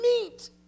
meat